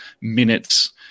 minutes